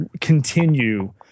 continue